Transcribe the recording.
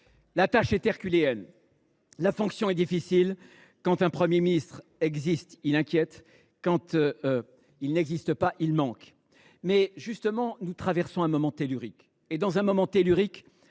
la tâche est herculéenne, et la fonction est difficile. Quand un Premier ministre existe, il inquiète ; quand il n’existe pas, il manque. Mais nous traversons justement un moment tellurique. Et, dans un moment tellurique,